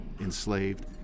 enslaved